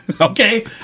Okay